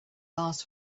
last